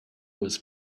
was